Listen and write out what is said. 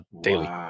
daily